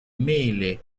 mele